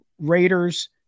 Raiders